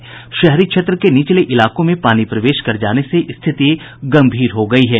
मुंगेर शहरी क्षेत्र के निचले इलाकों में पानी प्रवेश कर जाने से स्थिति गंभीर हो गयी है